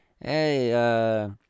Hey